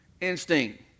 Instinct